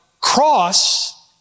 cross